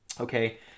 okay